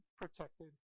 protected